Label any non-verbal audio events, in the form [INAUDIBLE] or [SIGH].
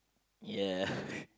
ya [BREATH]